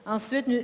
Ensuite